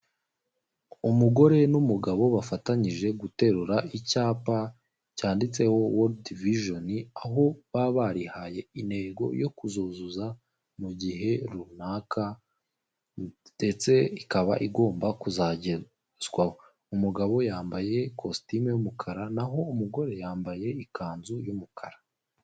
Umugore n'umugabo bafatanyije guterura icyapa cyanditseho wodi vijoni, aho baba barihaye intego yo kuzuzuza mu gihe runaka ndetse ikaba igomba kuzagenzwaho, umugabo yambaye kositimu y'umukara naho umugore yambaye ikanzu y'umukara.